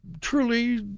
truly